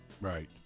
Right